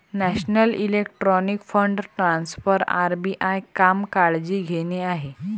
national electronic fund transfer RBI काम काळजी घेणे आहे